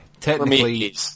Technically